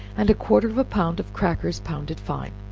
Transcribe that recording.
and a quarter of a pound of crackers, pounded fine,